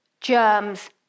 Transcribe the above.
germs